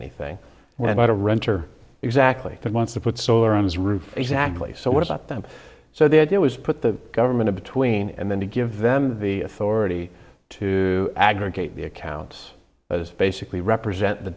anything when out of renter exactly that wants to put solar on his roof exactly so what about them so the idea was put the government between and then to give them the authority to aggregate the accounts as basically represent the